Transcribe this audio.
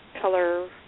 color